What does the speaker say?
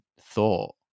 thought